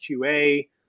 QA